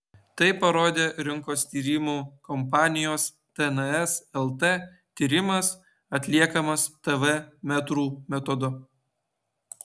tai parodė rinkos tyrimų kompanijos tns lt tyrimas atliekamas tv metrų metodu